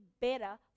better